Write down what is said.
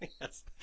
Yes